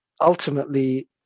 ultimately